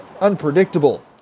unpredictable